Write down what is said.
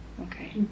Okay